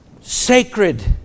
sacred